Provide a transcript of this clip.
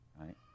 right